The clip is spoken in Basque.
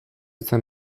zen